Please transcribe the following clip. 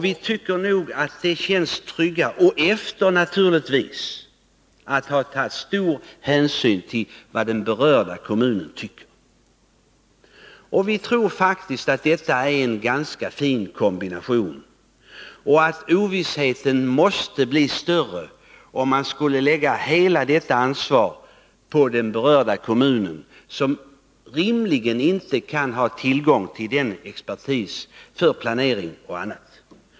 Vi tror faktiskt att detta är en ganska fin kombination och att det Nr 118 känns tryggt att länsstyrelsen har gjort en bedömning som är likartad för Onsdagen den åtminstone hela regionen. Ovissheten måste bli större, om man skulle lägga 14 april 1982 hela detta ansvar på den berörda kommunen, som rimligen inte kan ha tillgång till nämnda expertis för planering och annat.